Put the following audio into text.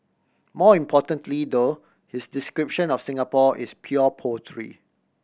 more importantly though his description of Singapore is pure poetry